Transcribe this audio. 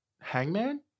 Hangman